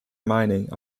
mining